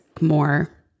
more